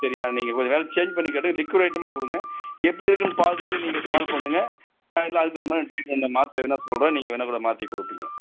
சரியா நீங்கள் கொஞ்சம் இடம் சேஞ்ச் பண்ணிக் கட்டுங்கள் லிக்யூட் ஐட்டமாக கொடுங்க எப்படி இருக்குதுன்னு பார்த்துட்டு நீங்கள் கால் பண்ணுங்கள் நான் இல்லை அதுக்குத் தகுந்த மாதிரி ட்ரீட்மெண்ட் நான் மாத்தரை வேணா சொல்கிறேன் நீங்கள் வேணா கூட மாற்றிக் கொடுப்பிங்க